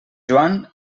joan